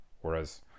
Whereas